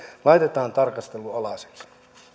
laitetaan tarkastelun alaiseksi